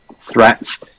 threats